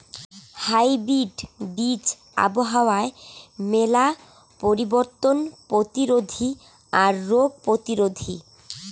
hybrid বীজ আবহাওয়ার মেলা পরিবর্তন প্রতিরোধী আর রোগ প্রতিরোধী